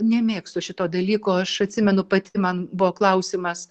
nemėgstu šito dalyko aš atsimenu pati man buvo klausimas